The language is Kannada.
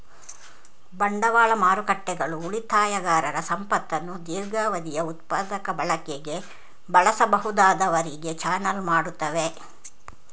ಬಂಡವಾಳ ಮಾರುಕಟ್ಟೆಗಳು ಉಳಿತಾಯಗಾರರ ಸಂಪತ್ತನ್ನು ದೀರ್ಘಾವಧಿಯ ಉತ್ಪಾದಕ ಬಳಕೆಗೆ ಬಳಸಬಹುದಾದವರಿಗೆ ಚಾನಲ್ ಮಾಡುತ್ತವೆ